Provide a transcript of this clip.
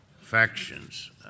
factions